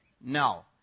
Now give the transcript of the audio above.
No